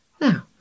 now